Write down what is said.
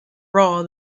raw